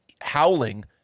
howling